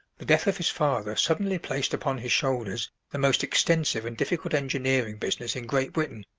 the death of his father suddenly placed upon his shoulders the most extensive and difficult engineering business in great britain.